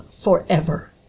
forever